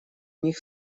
них